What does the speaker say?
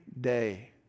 day